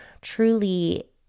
truly